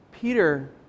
Peter